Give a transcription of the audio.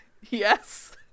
Yes